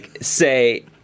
say